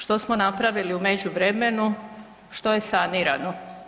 Što smo napravili u međuvremenu, što je sanirano?